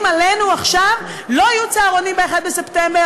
עלינו עכשיו: לא יהיו צהרונים ב-1 בספטמבר.